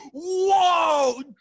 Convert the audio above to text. whoa